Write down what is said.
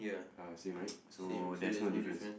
uh is it right so there's no difference